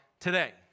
today